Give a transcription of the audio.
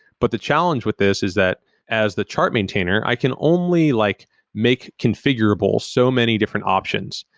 but the challenge with this is that as the chart maintainer, i can only like make configurable so many different options.